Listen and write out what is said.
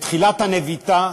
בתחילת הנביטה